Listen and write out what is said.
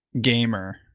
gamer